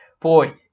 Boy